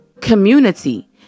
community